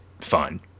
fun